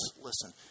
Listen